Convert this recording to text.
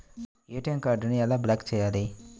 ATM కార్డుని ఎలా block చేయాలి?